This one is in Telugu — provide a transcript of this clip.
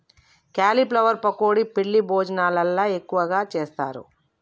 క్యాలీఫ్లవర్ పకోడీ పెండ్లి భోజనాలల్ల ఎక్కువగా చేస్తారు